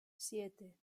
siete